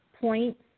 point